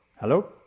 Hello